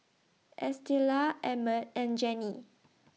Estela Emmet and Jenni